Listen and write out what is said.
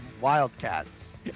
Wildcats